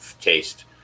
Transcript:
taste